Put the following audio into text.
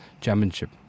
championship